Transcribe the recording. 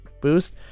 boost